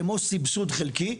כמו סבסוד חלקי,